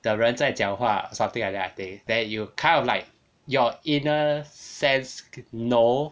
的人在讲话 something like that I think then you kind of like your inner sense know